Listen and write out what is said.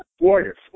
Warriors